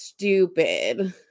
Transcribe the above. stupid